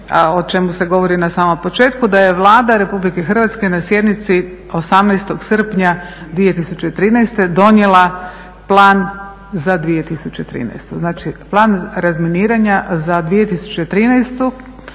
o čemu se govori na samom početku, da je Vlada RH na sjednici 18.srpnja 2013.donijela plan za 2013. Znači plan razminiranja za 2013.je